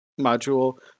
module